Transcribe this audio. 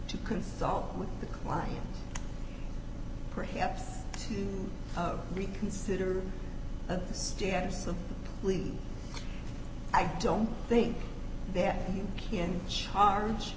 to consult with the client perhaps to reconsider the status of plea i don't think that you can charge